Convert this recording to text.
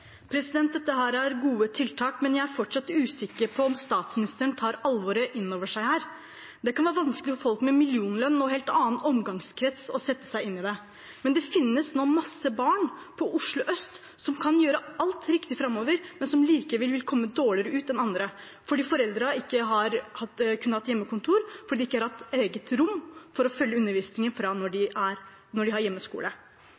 er gode tiltak, men jeg er fortsatt usikker på om statsministeren tar alvoret inn over seg. Det kan være vanskelig for folk med millionlønn og en helt annen omgangskrets å sette seg inn i det. Men det finnes nå mange barn på Oslo øst som kan gjøre alt riktig framover, men som likevel vil komme dårligere ut enn andre, fordi foreldrene ikke har kunnet ha hjemmekontor, eller fordi de ikke har hatt et eget rom å følge undervisningen fra